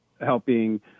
helping